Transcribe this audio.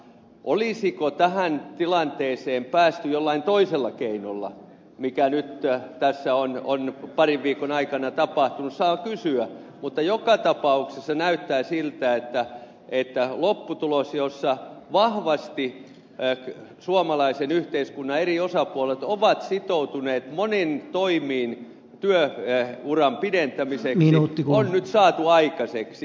olisiko tähän tilanteeseen päästy jollain toisella keinolla mikä nyt tässä on parin viikon aikana tapahtunut sitä saa kysyä mutta joka tapauksessa näyttää siltä että lopputulos jossa vahvasti suomalaisen yhteiskunnan eri osapuolet ovat sitoutuneet moniin toimiin työuran pidentämiseksi on nyt saatu aikaiseksi